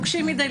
נוקשים מדי,